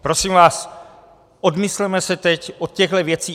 Prosím vás, odmysleme se teď od těchto věcí.